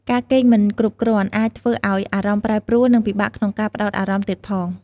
ការគេងមិនគ្រប់គ្រាន់អាចធ្វើឲ្យអារម្មណ៍ប្រែប្រួល និងពិបាកក្នុងការផ្តោតអារម្មណ៍ទៀតផង។